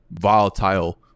volatile